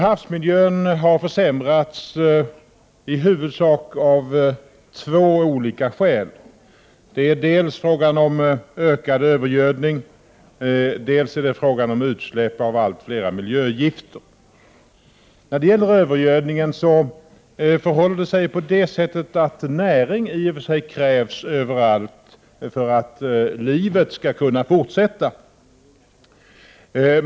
Havsmiljön har försämrats av i huvudsak två olika orsaker. Det är dels I och för sig förhåller det sig på det sättet att näring krävs överallt för att livet skall fortsätta.